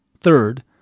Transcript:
Third